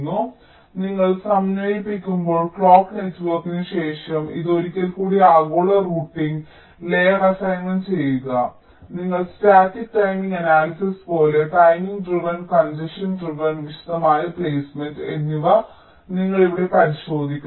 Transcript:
അതിനാൽ നിങ്ങൾ സമന്വയിപ്പിക്കുമ്പോൾ ക്ലോക്ക് നെറ്റ്വർക്കിന് ശേഷം നിങ്ങൾ ഇത് ഒരിക്കൽ കൂടി ആഗോള റൂട്ടിംഗ് ലെയർ അസൈൻമെന്റ് ചെയ്യുക നിങ്ങൾ സ്റ്റാറ്റിക് ടൈമിംഗ് അനാലിസിസ് പോലെ ടൈമിംഗ് ഡ്രൈവൻ കൺജഷൻസ് ഡ്രൈവൻ വിശദമായ പ്ലെയ്സ്മെന്റ് എന്നിവ നിങ്ങൾ ഇവിടെ പരിശോധിക്കുന്നു